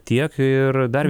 tiek ir dar